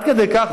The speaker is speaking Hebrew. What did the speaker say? עד כדי כך,